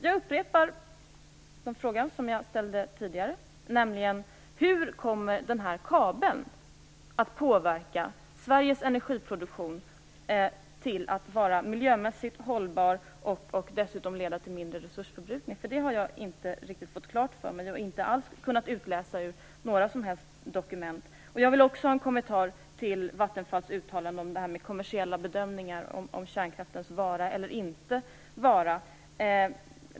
Jag upprepar frågan som jag ställde tidigare: Hur kommer den här kabeln att påverka Sveriges energiproduktion till att bli miljömässigt hållbar och dessutom leda till mindre resursförbrukning? Det har jag inte riktigt fått klart för mig och inte alls kunnat utläsa ur några dokument. Jag vill också ha en kommentar till Vattenfalls uttalande om kommersiella bedömningar och kärnkraftens vara eller inte vara.